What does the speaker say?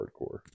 hardcore